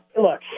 Look